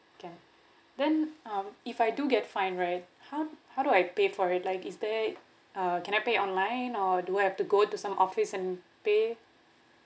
can then um if I do get fine right how how do I pay for it like is there uh can I pay online or do I have to go to some office and pay